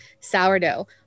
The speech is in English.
sourdough